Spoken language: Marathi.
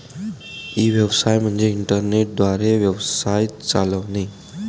ई व्यवसाय म्हणजे इंटरनेट द्वारे व्यवसाय चालवणे